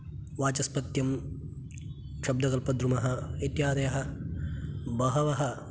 वाचस्पत्यं शब्दकल्पद्रुमः इत्यादयः बहवः